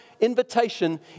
invitation